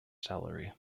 salary